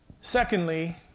Secondly